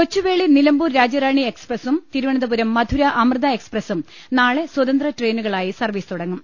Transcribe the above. കൊച്ചുവേളി നിലമ്പൂർ രാജ്യറാണി എക്സ്പ്രസും തിരുവ നന്തപുരം മധുര അമൃത എക്സ്പ്രസും നാളെ സ്വതന്ത്ര ട്രെയി നുകളായി സർവീസ് തുടങ്ങും